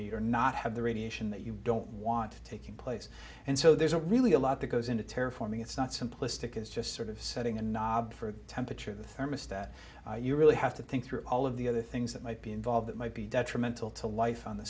need or not have the radiation that you don't want to taking place and so there's a really a lot that goes into terra forming it's not simplistic it's just sort of setting a knob for a temperature of the thermostat you really have to think through all of the other things that might be involved that might be detrimental to life on the